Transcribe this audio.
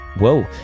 whoa